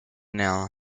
nela